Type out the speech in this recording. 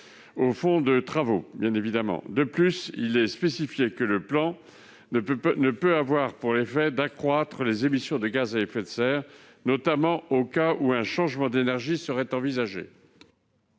ceux réservés aux visiteurs. De plus, il est spécifié que le plan ne peut avoir pour effet d'accroître les émissions de gaz à effet de serre, notamment dans le cas où un changement d'énergie serait envisagé.